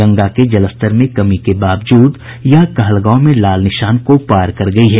गंगा के जलस्तर में कमी के बावजूद यह कहलगांव में लाल निशान को पार कर गयी है